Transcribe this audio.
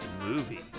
movie